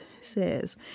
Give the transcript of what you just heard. says